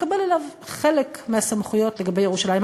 מקבל עליו חלק מהסמכויות לגבי ירושלים,